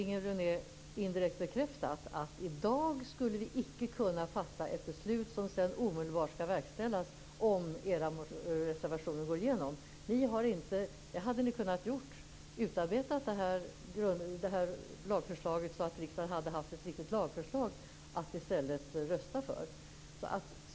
Inger René har indirekt bekräftat att vi, om era reservationer skulle bifallas, i dag inte skulle kunna fatta ett beslut som sedan omedelbart verkställs. Ni hade kunnat utarbeta detta lagförslag på ett sådant sätt att riksdagen hade haft ett riktigt lagförslag att rösta på.